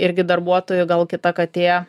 irgi darbuotojų gal kita katė